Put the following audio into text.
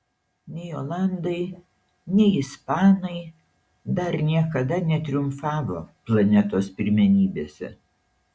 nei olandai nei ispanai dar niekada netriumfavo planetos pirmenybėse